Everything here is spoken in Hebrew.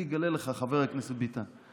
אני אגלה לך, חבר הכנסת ביטן.